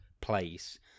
place